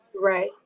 Right